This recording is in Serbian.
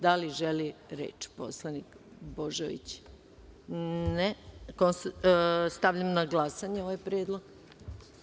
Da li želi reč poslanik Božović? (Ne.) Stavljam na glasanje ovaj predlog.